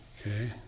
Okay